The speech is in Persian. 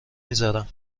میزارم